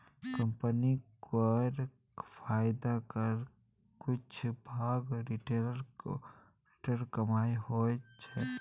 company केर फायदाक किछ भाग रिटेंड कमाइ होइ छै